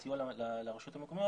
לסיוע לרשויות המקומיות